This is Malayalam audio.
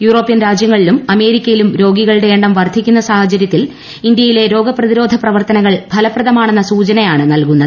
യൂറോപ്യൻ രാജ്യങ്ങളിലും അമേരിക്കയിലും രോഗികളുടെ എണ്ണം വർധിക്കുന്ന സാഹചരൃത്തിൽ ഇന്ത്യയിലെ രോഗ പ്രതിരോധ പ്രവർത്തനങ്ങൾ ഫലപ്രദമാണെന്ന സൂചനയാണ് നൽകുന്നത്